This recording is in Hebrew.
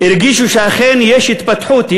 הרגישו שאכן יש התפתחות,